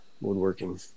woodworking